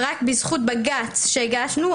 ורק בזכות בג"ץ שהגשנו,